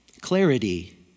Clarity